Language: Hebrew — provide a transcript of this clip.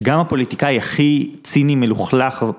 גם הפוליטיקאי הכי ציני מלוכלך.